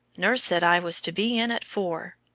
nurse said i was to be in at four.